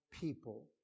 people